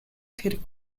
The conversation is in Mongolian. тэрэг